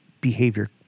behavior